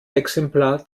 exemplar